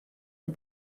der